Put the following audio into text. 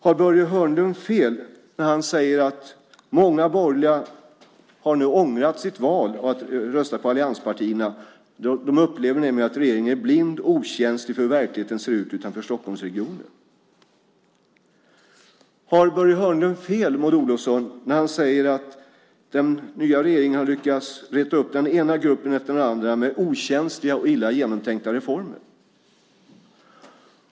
Har Börje Hörnlund fel när han säger att många borgerliga nu har ångrat att de röstat på allianspartierna? De upplever nämligen att regeringen är blind och okänslig för hur verkligheten ser ut utanför Stockholmsregionen. Har Börje Hörnlund fel, Maud Olofsson, när han säger att den nya regeringen har lyckats reta upp den ena gruppen efter den andra med okänsliga och illa genomtänkta reformer?